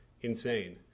insane